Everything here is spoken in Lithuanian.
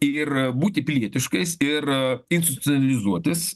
ir būti pilietiškais ir insucializuotis